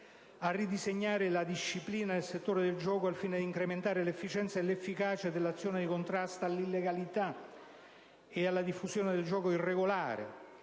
a ridisegnare l'intera disciplina del settore del gioco al fine di incrementare l'efficienza e l'efficacia dell'azione di contrasto all'illegalità e alla diffusione del gioco irregolare,